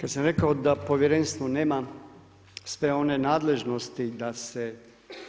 Kad sam rekao da povjerenstvo nema sve one nadležnosti da se